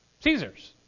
Caesar's